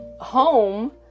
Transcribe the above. home